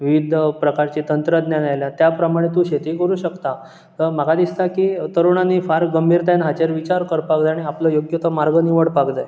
विविध प्रकारचे तंत्रज्ञान आयल्यात त्या प्रमाणे तूं शेती करूंक शकता म्हाका दिसता की तरुणांनी फार गंभीरतायेन हाचेर विचार करपाक जाय आनी आपलो योग्य तो मार्ग निवडपाक जाय